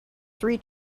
three